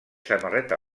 samarreta